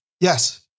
Yes